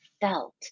felt